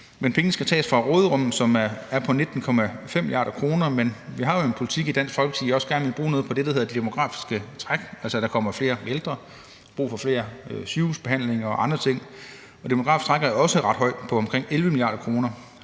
Pengene skal tages fra råderummet, som er på 19,5 mia. kr., men vi har jo den politik i Dansk Folkeparti, at vi også gerne vil bruge noget på det, der hedder det demografiske træk – altså at der kommer flere ældre og bliver brug for flere sygehusbehandlinger og andre ting. Det demografiske træk på omkring 11 mia. kr. er